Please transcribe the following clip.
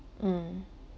mm